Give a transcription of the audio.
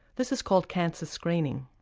this is called cancer screening.